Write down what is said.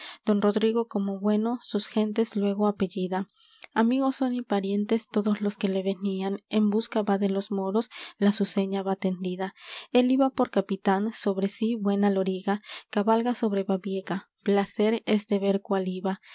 don rodrigo como bueno sus gentes luégo apellida amigos son y parientes todos los que le venían en busca va de los moros la su seña va tendida él iba por capitán sobre sí buena loriga cabalga sobre babieca placer es de ver cuál iba